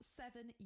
seven